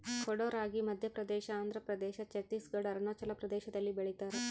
ಕೊಡೋ ರಾಗಿ ಮಧ್ಯಪ್ರದೇಶ ಆಂಧ್ರಪ್ರದೇಶ ಛತ್ತೀಸ್ ಘಡ್ ಅರುಣಾಚಲ ಪ್ರದೇಶದಲ್ಲಿ ಬೆಳಿತಾರ